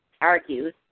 argues